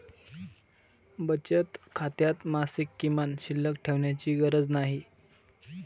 बचत खात्यात मासिक किमान शिल्लक ठेवण्याची गरज नाही